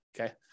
Okay